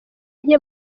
nke